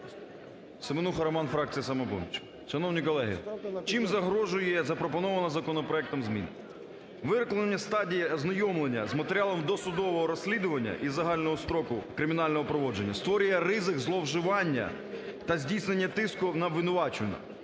Семенухах Роман, фракція "Самопоміч". Шановні колеги, чим загрожує запропонована законопроектом зміна. Виникнення стадії ознайомлення з матеріалами досудового розслідування із загального строку кримінального провадження створює ризик зловживання та здійснення тиску на обвинуваченого.